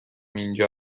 اینجا